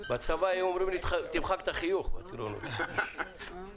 קראתי את הצעת החוק, ויש לי כמה הערות.